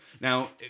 now